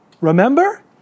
Remember